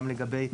גם לגבי,